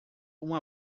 uma